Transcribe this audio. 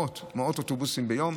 מאות אוטובוסים ביום.